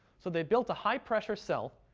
so they built a high-pressure cell,